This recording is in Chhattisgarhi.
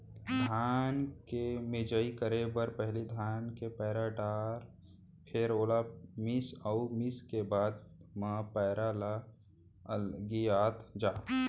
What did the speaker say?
धान के मिंजई करे बर पहिली धान के पैर डार फेर ओला मीस अउ मिसे के बाद म पैरा ल अलगियात जा